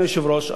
אדוני היושב-ראש,